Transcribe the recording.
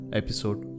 episode